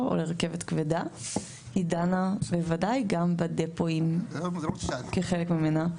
או לרכבת כבדה היא דנה בוודאי גם בדפואים כחלק ממנה.